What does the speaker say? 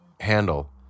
handle